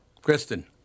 Kristen